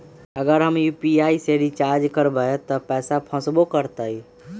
अगर हम यू.पी.आई से रिचार्ज करबै त पैसा फसबो करतई?